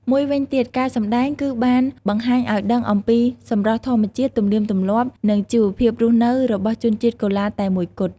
មួយវិញទៀតការសម្តែងគឺបានបង្ហាញឲ្យដឹងអំពីសម្រស់ធម្មជាតិ ទំនៀមទម្លាប់ និងជីវភាពរស់នៅរបស់ជនជាតិកូឡាតែមួយគត់។